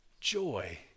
joy